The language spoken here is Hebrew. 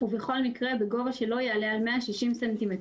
ובכל מקרה בגובה שלא יעלה על 160 סנטימטרים